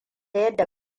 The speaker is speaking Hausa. yadda